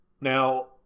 Now